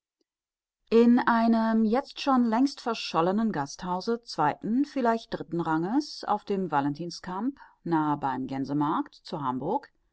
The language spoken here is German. in einem jetzt schon längst verschollenen gasthause zweiten vielleicht dritten ranges auf dem valentinskamp nahe beim gänsemarkt zu hamburg